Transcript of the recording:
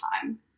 time